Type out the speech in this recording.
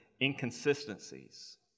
inconsistencies